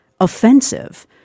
offensive